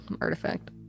artifact